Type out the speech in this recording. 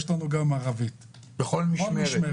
יש לנו גם ערבית בכל משמרת.